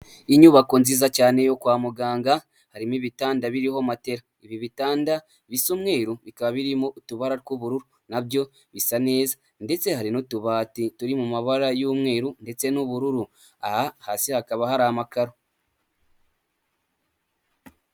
Inyubako nziza cyane yo kwa muganga harimo ibitanda, biriho matera, ibi bitanda bisa umweru bikaba birimo utubara tw'ubururu nabyo bisa neza ndetse hari n'utubati turi mu mabara y'umweru ndetse n'ubururu aha hasi hakaba hari amakaro.